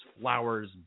flowers